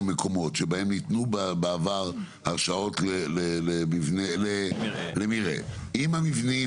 מקומות בהם ניתנו בעבר הרשאות למרעה עם המבנים,